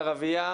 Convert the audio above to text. ערבייה,